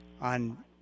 on